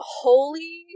holy